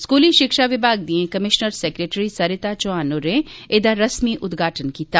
स्कूली शिक्षा विभाग दियें कमीशनर सैक्रेटरी सरिता चौहान होरें एह्दा रस्मी उदघाटन कीता